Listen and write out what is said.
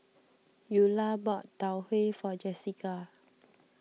Ula bought Tau Huay for Jessika